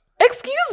Excuse